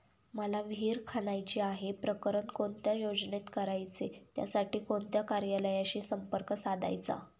मला विहिर खणायची आहे, प्रकरण कोणत्या योजनेत करायचे त्यासाठी कोणत्या कार्यालयाशी संपर्क साधायचा?